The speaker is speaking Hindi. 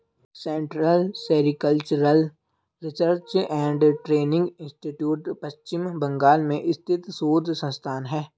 central sericultural research and training institute Paschim Bengal में स्थित शोध संस्थान है